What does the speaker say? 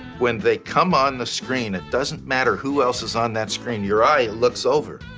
when they come on the screen, it doesn't matter who else is on that screen, your eye looks over.